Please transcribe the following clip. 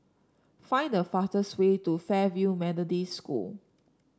find the fastest way to Fairfield Methodist School